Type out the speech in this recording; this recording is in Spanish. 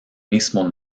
mismo